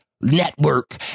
network